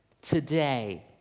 today